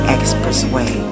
Expressway